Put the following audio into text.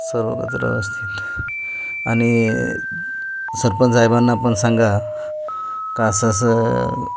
सर्व कचरा व्यवस्थित आणि सरपंच साहेबांना पण सांगा का असं असं